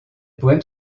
poèmes